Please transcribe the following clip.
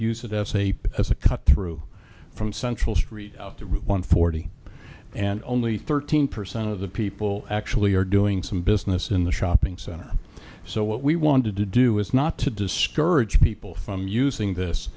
use of s a as a cut through from central street to route one forty and only thirteen percent of the people actually are doing some business in the shopping center so what we want to do is not to discourage people from using this